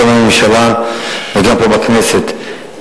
גם בממשלה וגם פה בכנסת,